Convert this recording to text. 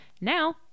now